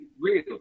real